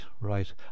right